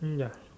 mm ya